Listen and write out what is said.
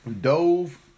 Dove